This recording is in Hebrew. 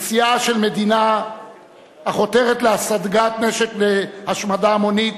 נשיאה של מדינה החותרת להשגת נשק להשמדה המונית